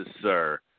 sir